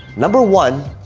number one,